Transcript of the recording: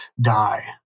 die